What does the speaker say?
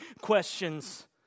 questions